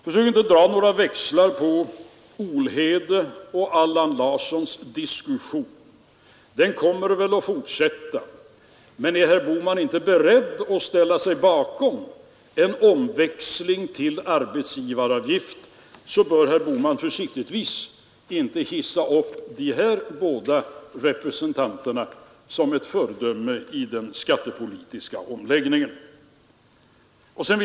Försök inte dra några växlar på Olhedes och Allan Larssons diskussion, den kommer väl att fortsätta. Men är herr Bohman inte beredd att ställa sig bakom en omväxling till arbetsgivaravgift, så bör herr Bohman försiktigtvis inte hissa upp dessa båda representanter till ett föredöme i den skattepolitiska omläggningen.